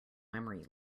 memory